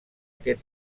aquest